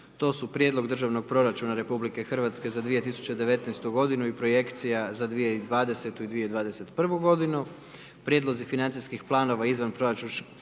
to su: - Prijedlog državnog proračuna Republike Hrvatske za 2019. godinu i Projekcija za 2020. i 2021. godinu, Prijedlozi financijskih planova izvan proračunskih